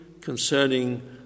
concerning